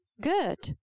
Good